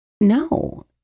no